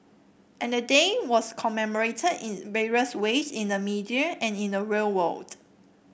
and the day was commemorated in various ways in the media and in the real world